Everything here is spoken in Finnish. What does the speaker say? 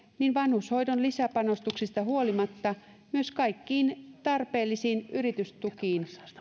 niin vanhushoidon lisäpanostuksista huolimatta myös kaikkiin tarpeellisiin yritystukiin